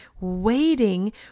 waiting